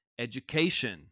education